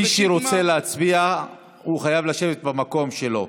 מי שרוצה להצביע חייב לשבת במקום שלו.